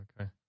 Okay